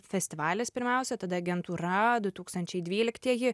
festivalis pirmiausia tada agentūra du tūkstančiai dvyliktieji